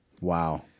Wow